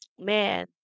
Man